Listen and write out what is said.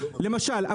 למשל,